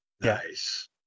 Nice